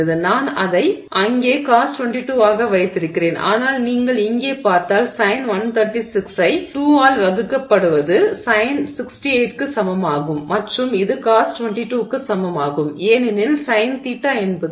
நான் அதை அங்கே Cos22 ஆக வைத்திருந்தேன் ஆனால் நீங்கள் இங்கே பார்த்தால் Sin136 ஐ 2 ஆல் வகுக்கப்படுவது Sin 68 க்குச் சமமாகும் மற்றும் இது Cos22 க்குச் சமமாகும் ஏனெனில் Sin θ என்பது Cos 90 θ